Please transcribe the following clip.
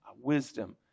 wisdom